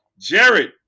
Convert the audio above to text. Jared